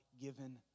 given